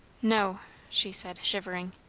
no she said, shivering.